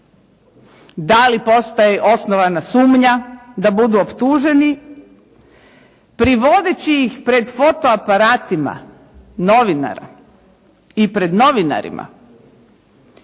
da li postoji osnovana sumnja da budu optuženi, privodeći ih pred fotoaparatima novinara i pred novinarima